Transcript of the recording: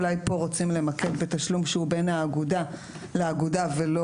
אולי פה רוצים למקד בתשלום שהוא בין האגודה לאגודה ולא